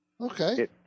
Okay